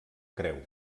creu